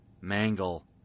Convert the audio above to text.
Mangle